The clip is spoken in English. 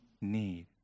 need